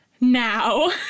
Now